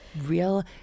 real